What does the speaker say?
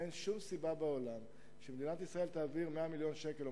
אין שום סיבה בעולם שמדינת ישראל תעביר 100 מיליון שקלים או